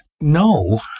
No